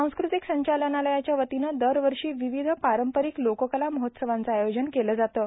सांस्कृतिक संचालनालयाच्या वतीनं दरवर्षी विविध पारंपरिक लोककला महोत्सवाचं आयोजन केलं जातं